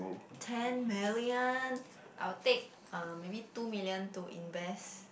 ten million I will take uh maybe two million to invest